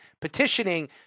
petitioning